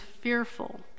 fearful